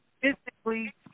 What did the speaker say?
physically